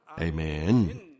Amen